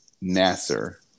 Nasser